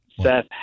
Seth